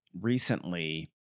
recently